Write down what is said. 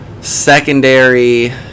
secondary